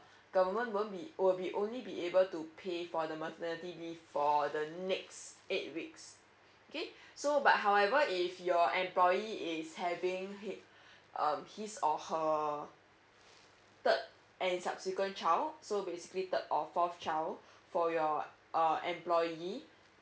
government won't be will be only be able to pay for the maternity leave for the next eight weeks okay so but however if your employee is having hi~ um his or her third and subsequent child so basically third or fourth child for your uh employee